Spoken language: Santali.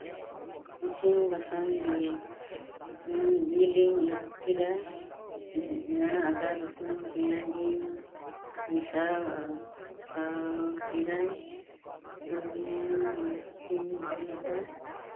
ᱤᱥᱤᱱ ᱵᱟᱥᱟᱝ ᱜᱮᱭᱟᱹᱧ ᱡᱤᱞ ᱤᱧ ᱟᱨᱩᱵ ᱠᱮᱫᱟ ᱟᱫᱟ ᱨᱟᱥᱩᱱ ᱯᱮᱸᱭᱟᱡ ᱤᱧ ᱢᱮᱥᱟ ᱠᱚᱥᱟᱣ ᱠᱮᱫᱟᱧ ᱥᱩᱱᱩᱢ ᱢᱟᱹᱨᱤᱪ ᱤᱧ ᱫᱩᱞ ᱟᱫᱟ